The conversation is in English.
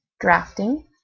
drafting